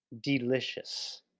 delicious